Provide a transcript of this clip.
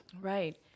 Right